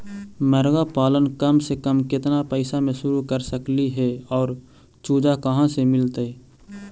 मरगा पालन कम से कम केतना पैसा में शुरू कर सकली हे और चुजा कहा से मिलतै?